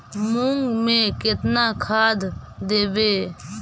मुंग में केतना खाद देवे?